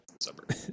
Suburb